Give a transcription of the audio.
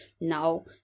now